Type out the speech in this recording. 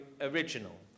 original